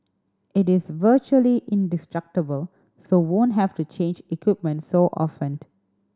it is virtually indestructible so won't have to change equipment so often